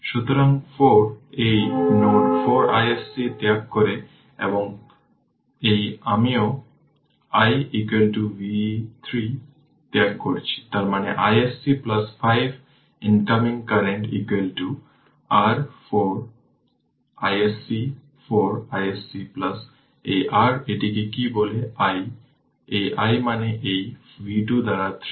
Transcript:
সুতরাং 4 এই node 4 iSC ত্যাগ করে এবং এই আমিও i v 3 ত্যাগ করছি তার মানে iSC 5 incoming current r 4 iSC 4 iSC এই r এটাকে কি বলে i এই i মানে এই v 2 দ্বারা 3